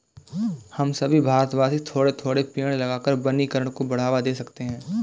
हम सभी भारतवासी थोड़े थोड़े पेड़ लगाकर वनीकरण को बढ़ावा दे सकते हैं